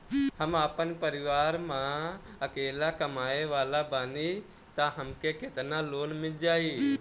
हम आपन परिवार म अकेले कमाए वाला बानीं त हमके केतना लोन मिल जाई?